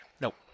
Nope